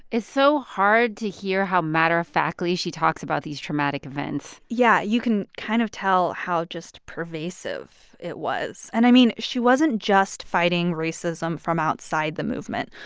it's so hard to hear how matter-of-factly she talks about these traumatic events yeah. you can kind of tell how just pervasive it was. and, i mean, she wasn't just fighting racism from outside the movement.